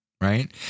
Right